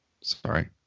Sorry